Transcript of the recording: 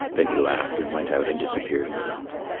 then he laughed and went out and disappeared in the mountain.